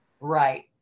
Right